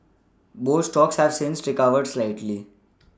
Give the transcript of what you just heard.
both stocks have since recovered slightly